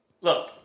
look